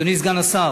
אדוני סגן השר.